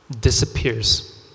disappears